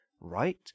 Right